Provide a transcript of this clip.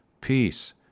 peace